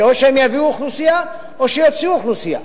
שאו שהן יביאו אוכלוסייה או שהן יוציאו אוכלוסייה.